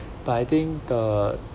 but I think the